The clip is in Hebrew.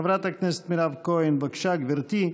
חברת הכנסת מירב כהן, בבקשה, גברתי.